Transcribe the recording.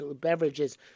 beverages